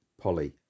Polly